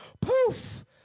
poof